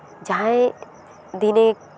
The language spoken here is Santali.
ᱡᱟᱦᱟᱸᱭ ᱫᱤᱱᱤᱠ